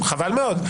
חבל מאוד.